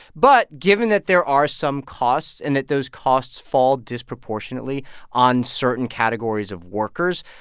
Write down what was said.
but given that there are some costs and that those costs fall disproportionately on certain categories of workers,